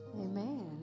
Amen